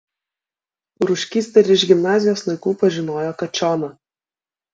rūškys dar iš gimnazijos laikų pažinojo kačioną